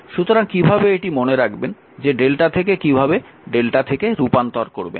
সুতরাং কিভাবে এটি মনে রাখবেন যে Δ থেকে কিভাবে Δ থেকে রূপান্তর করবেন